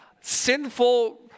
sinful